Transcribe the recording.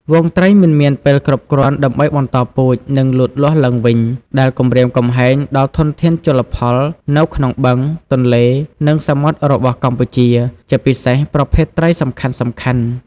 ហ្វូងត្រីមិនមានពេលគ្រប់គ្រាន់ដើម្បីបន្តពូជ និងលូតលាស់ឡើងវិញ ដែលគំរាមកំហែងដល់ធនធានជលផលនៅក្នុងបឹង ទន្លេ និងសមុទ្ររបស់កម្ពុជា ជាពិសេសប្រភេទត្រីសំខាន់ៗ។